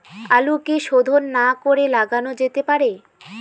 আলু কি শোধন না করে লাগানো যেতে পারে?